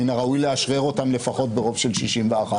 מן הראוי לאשרר אותם לפחות ברוב של 61,